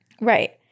Right